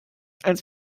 als